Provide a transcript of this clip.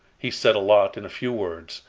he said a lot in a few words,